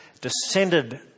descended